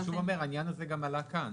העניין הזה גם עלה כאן.